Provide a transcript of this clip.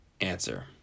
answer